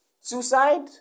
suicide